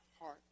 heart